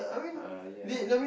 uh ya